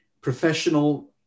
professional